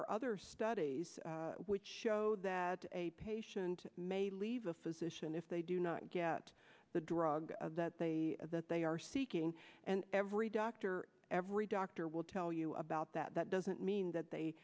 are other studies which show that a patient may leave a physician if they do not get the drug that they that they are seeking and every doctor every doctor will tell you about that doesn't mean that they